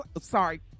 Sorry